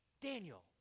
Daniel